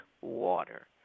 water